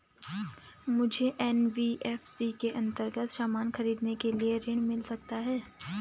मुझे एन.बी.एफ.सी के अन्तर्गत सामान खरीदने के लिए ऋण मिल सकता है?